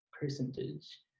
percentage